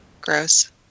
Gross